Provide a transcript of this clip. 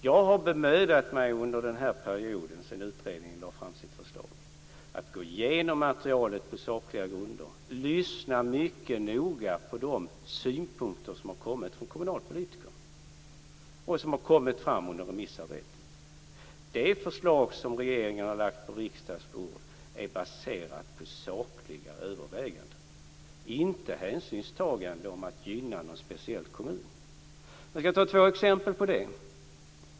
Jag har under den period som har gått sedan utredningen lade fram sitt förslag bemödat mig om att gå igenom materialet på sakliga grunder och lyssna mycket noga på de synpunkter om har kommit från kommunalpolitiker och som har kommit fram under remissarbetet. Det förslag som regeringen har lagt på riksdagens bord är baserat på sakliga överväganden - inte på hänsynstaganden och vilja att gynna någon speciell kommun. Jag kan ta två exempel på det.